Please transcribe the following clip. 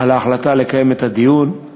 על ההחלטה לקיים את הדיון,